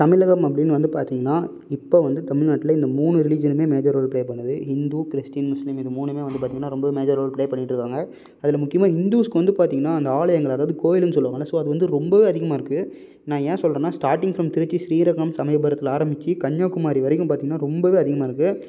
தமிழகம் அப்படின்னு வந்து பார்த்தீங்கன்னா இப்போ வந்து தமிழ்நாட்டில் இந்த மூணு ரிலீஜியனுமே மேஜர் ரோல் பிளே பண்ணுது ஹிந்து கிறிஸ்டின் முஸ்லீம் இது மூணுமே வந்து பார்த்தீங்கன்னா ரொம்பவே மேஜர் ரோல் பிளே பண்ணிகிட்டு இருக்காங்க அதில் முக்கியமாக ஹிந்துஸ்க்கு வந்து பார்த்தீங்கன்னா அந்த ஆலயங்கள் அதாவது கோயிலுன்னு சொல்லுவாங்கள்ல ஸோ அது வந்து ரொம்பவே அதிகமாக இருக்கு நான் ஏன் சொல்லுறேன்னா ஸ்டார்டிங் ஃப்ரம் திருச்சி ஸ்ரீரங்கம் சமயபுரத்தில் ஆரம்பிச்சு கன்னியாகுமாரி வரைக்கும் பார்த்தீங்கன்னா ரொம்பவே அதிகமாக இருக்கு